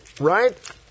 right